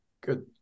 good